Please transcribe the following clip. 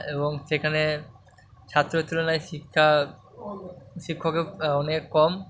এবং সেখানে ছাত্রর তুলনায় শিক্ষা শিক্ষকও অনেক কম